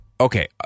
okay